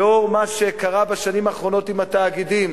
לנוכח מה שקרה בשנים האחרונות עם התאגידים,